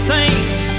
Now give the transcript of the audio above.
saints